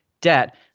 debt